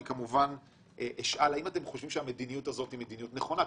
אני אשאל האם אתם חושבים שהמדיניות הזאת היא מדיניות נכונה?